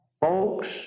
folks